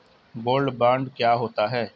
Gold bond क्या होता है?